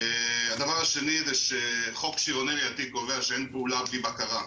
הדבר השני זה שחוק שריונרי עתיק קובע שאין פעולה בלי בקרה.